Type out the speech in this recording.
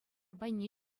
пайне